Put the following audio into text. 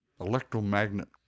electromagnet